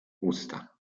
usta